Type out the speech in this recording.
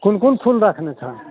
कोन कोन फूल राखने छऽ